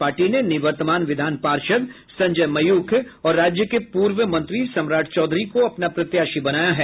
party ने निवर्तमान विधान पार्षद संजय मयूख और राज्य के पूर्व मंत्री सम्राट चौधरी को अपना प्रत्याशी बनाया है